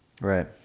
Right